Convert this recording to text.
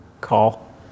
call